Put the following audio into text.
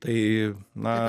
tai na